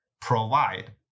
provide